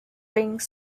bring